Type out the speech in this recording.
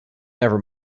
never